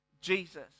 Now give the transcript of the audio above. Jesus